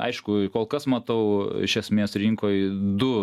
aišku kol kas matau iš esmės rinkoj du